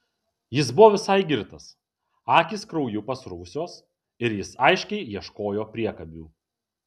jis buvo visai girtas akys krauju pasruvusios ir jis aiškiai ieškojo priekabių